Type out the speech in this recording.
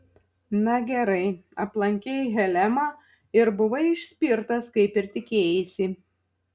na gerai aplankei helemą ir buvai išspirtas kaip ir tikėjaisi